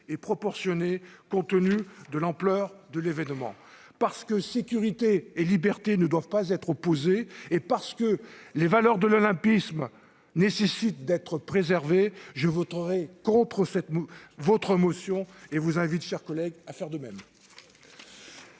et proportionnées compte tenu de l'ampleur de l'événement. Parce que sécurité et liberté ne doivent pas être opposées et parce que les valeurs de l'olympisme doivent être préservées, je voterai contre cette motion et je vous invite, mes chers collègues, à en faire de même.